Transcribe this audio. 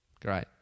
Great